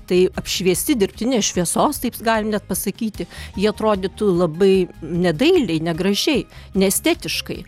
tai apšviesti dirbtinės šviesos taip galim net pasakyti jie atrodytų labai nedailiai negražiai neestetiškai